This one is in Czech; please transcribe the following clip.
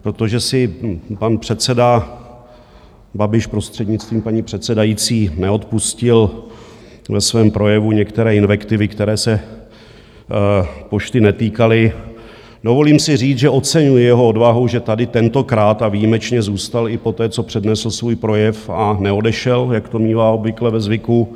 Protože si pan předseda Babiš, prostřednictvím paní předsedající, neodpustil ve svém projevu některé invektivy, které se Pošty netýkaly, dovolím si říct, že oceňuji jeho odvahu, že tady tentokrát a výjimečně zůstal i poté, co přednesl svůj projev, a neodešel, jak to mívá obvykle ve zvyku.